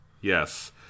yes